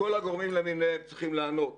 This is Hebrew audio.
כל הגורמים למיניהם צריכים לענות